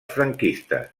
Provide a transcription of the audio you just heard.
franquistes